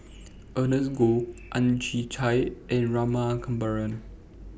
Ernest Goh Ang Chwee Chai and Rama Kannabiran